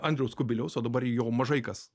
andriaus kubiliaus o dabar jo mažai kas